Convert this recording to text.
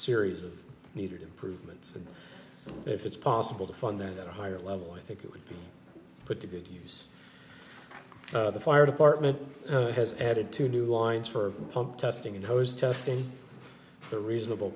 series of needed improvements and if it's possible to fund that at a higher level i think it would be put to good use of the fire department has added two new lines for pump testing in those testing for reasonable